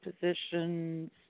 positions